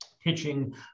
pitching